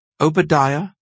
Obadiah